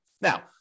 Now